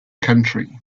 country